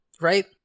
right